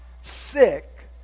sick